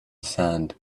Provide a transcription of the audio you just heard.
sand